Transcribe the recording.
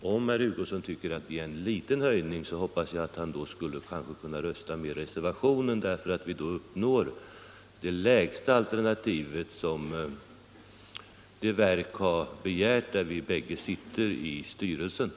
Eftersom herr Hugosson tycker att det är en liten höjning hoppas jag att han kan rösta för reservationen - i den föreslås nämligen ett anslag som uppgår till det lägsta belopp som det verk, i vars styrelse vi bägge är med, har begärt.